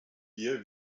wir